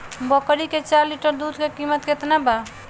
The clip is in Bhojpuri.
बकरी के चार लीटर दुध के किमत केतना बा?